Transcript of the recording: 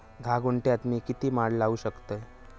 धा गुंठयात मी किती माड लावू शकतय?